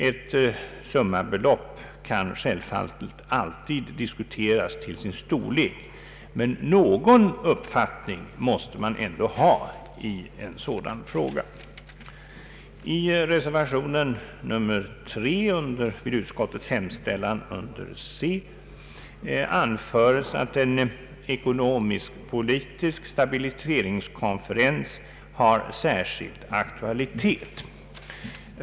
Ett summabelopp kan självfallet alltid diskuteras till sin storlek, men någon uppfattning måste man ändå ha i en sådan fråga. I reservation 3 vid utskottets hemställan under C anföres att en ekonomiskpolitisk stabiliseringskonferens har särskild aktualitet.